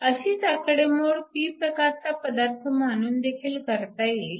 अशीच आकडेमोड p प्रकारचा पदार्थ मानून देखील करता येईल